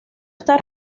está